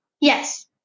Yes